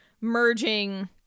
merging